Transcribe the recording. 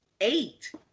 eight